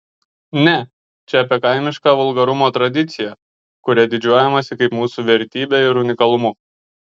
ne čia apie kaimišką vulgarumo tradiciją kuria didžiuojamasi kaip mūsų vertybe ir unikalumu